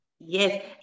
Yes